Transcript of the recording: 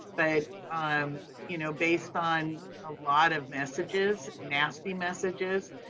but um you know based on a lot of messages, nasty messages,